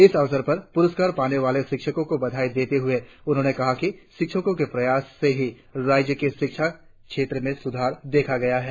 इस अवसर पर पुरस्कार पाने वाले शिक्षकों को बधाई देते हुए उन्होंने कहा कि शिक्षकों के प्रयास से ही राज्य के शिक्षा क्षेत्र में सुधार देखा गया है